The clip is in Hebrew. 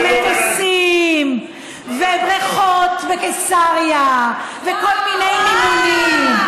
תככנות, מטוסים ובריכות בקיסריה וכל מיני מימונים.